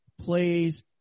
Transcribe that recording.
plays